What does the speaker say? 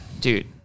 Dude